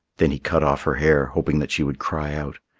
then he cut off her hair, hoping that she would cry out.